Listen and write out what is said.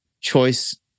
choice